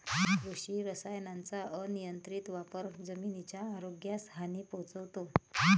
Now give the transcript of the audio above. कृषी रसायनांचा अनियंत्रित वापर जमिनीच्या आरोग्यास हानी पोहोचवतो